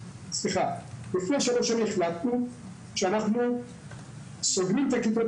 לפני שלוש שנים החלטנו שאנחנו סוגרים את הכיתות